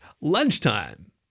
Lunchtime